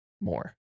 more